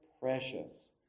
precious